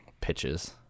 pitches